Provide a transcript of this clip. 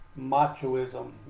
machoism